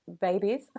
babies